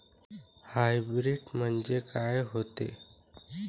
Hybrid म्हनजे का होते?